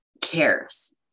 cares